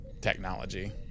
technology